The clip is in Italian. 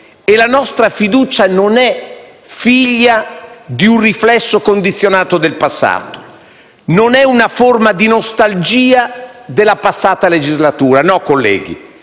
La nostra fiducia non è figlia di un riflesso condizionato del passato, non è una forma di nostalgia della passata legislatura. No, colleghi,